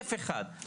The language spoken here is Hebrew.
שקף אחד,